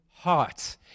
heart